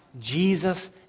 Jesus